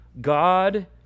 God